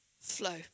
flow